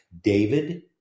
David